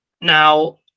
Now